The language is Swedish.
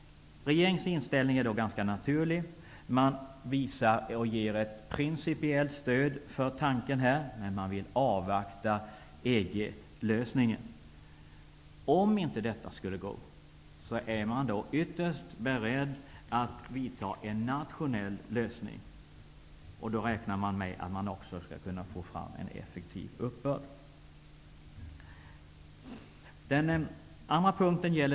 Regeringens inställning är ganska naturlig. Man ger ett principiellt stöd till tanken, men man vill avvakta EG-lösningen. Om denna inte skulle gå att få, är man ytterst beredd att vidta en nationell åtgärd för lösning. Man räknar med att få till stånd ett effektivt uppbördssystem.